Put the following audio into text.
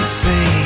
say